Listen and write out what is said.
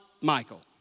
Michael